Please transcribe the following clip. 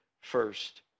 first